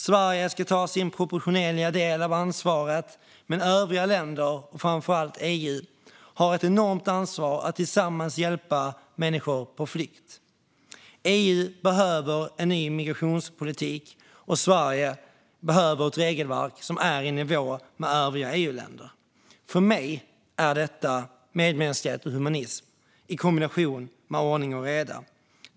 Sverige ska ta sin proportionerliga del av ansvaret, men övriga länder och framför allt EU har ett enormt ansvar att tillsammans hjälpa människor på flykt. EU behöver en ny migrationspolitik, och Sverige behöver ett regelverk som är i nivå med övriga EU-länder. För mig är detta medmänsklighet och humanism i kombination med ordning och reda.